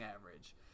average